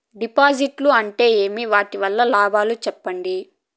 డిపాజిట్లు అంటే ఏమి? వాటి వల్ల లాభాలు సెప్పండి?